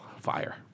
Fire